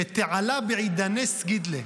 כתעלא בעידניה סגיד ליה.